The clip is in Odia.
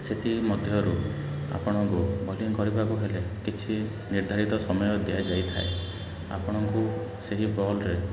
ସେଥିମଧ୍ୟରୁ ଆପଣଙ୍କୁ ବୋଲିଙ୍ଗ କରିବାକୁ ହେଲେ କିଛି ନିର୍ଦ୍ଧାରିତ ସମୟ ଦିଆଯାଇଥାଏ ଆପଣଙ୍କୁ ସେହି ବଲ୍ରେ